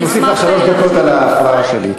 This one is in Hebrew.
אני מוסיף לך שלוש דקות על ההפרעה שלי.